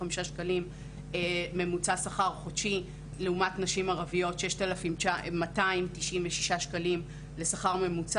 שקלים ממוצע שכר חודשי לעומת שכר ממוצע של 6,296 שקלים לנשים ערביות.